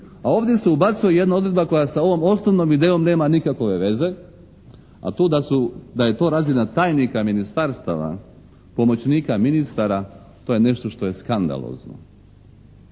a ovdje se ubacuje jedna odredba koja sa ovom osnovnom idejom nema nikakove veze, a to da je to razina tajnika ministarstava, pomoćnika ministara to je nešto što je skandalozno.